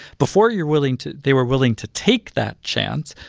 before you were willing to they were willing to take that chance,